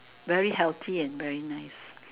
very healthy and very nice